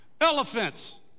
Elephants